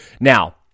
Now